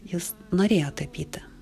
jis norėjo tapyti